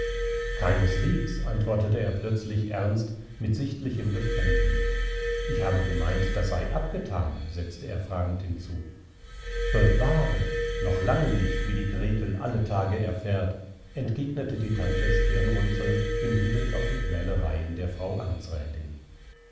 keineswegs antwortete er plötzlich ernst mit sichtlichem befremden ich habe gemeint das sei abgethan setzte er fragend hinzu bewahre noch lange nicht wie die gretel alle tage erfährt entgegnete die tante stirnrunzelnd im hinblick auf die quälereien der frau